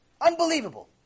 Unbelievable